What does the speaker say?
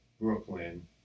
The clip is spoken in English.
Brooklyn